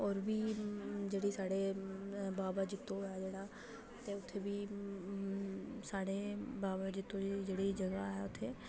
होर बी जेह्ड़े साढ़े बाबा जित्तो ऐ जेह्ड़ा ते उत्थै बी साढ़ै बाबा जित्तो जेह्ड़े जगह् ऐ